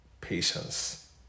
patience